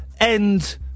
end